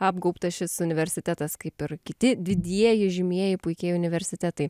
apgaubtas šis universitetas kaip ir kiti didieji žymieji puikieji universitetai